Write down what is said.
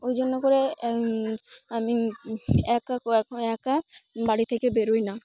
ওই জন্য করে আমি একা এখন একা বাড়ি থেকে বেরোই না